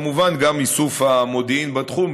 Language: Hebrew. וכמובן גם איסוף המודיעין בתחום,